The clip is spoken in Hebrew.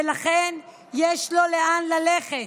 ולכן יש לו לאן ללכת.